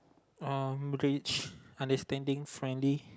um rich understanding friendly